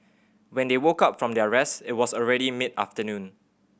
when they woke up from their rest it was already mid afternoon